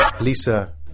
Lisa